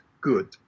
good